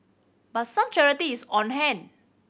but some clarity is on hand